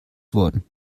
worden